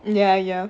ya ya